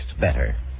better